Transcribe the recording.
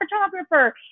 photographer